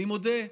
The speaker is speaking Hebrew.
אני מודה.